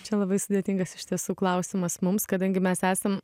čia labai sudėtingas iš tiesų klausimas mums kadangi mes esam